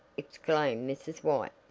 exclaimed mrs. white,